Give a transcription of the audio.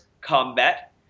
Combat